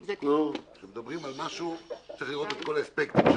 אבל כשמדברים על משהו צריך לראות את כל האספקטים שלו.